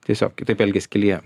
tiesiog kitaip elgiasi kelyje